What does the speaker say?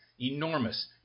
enormous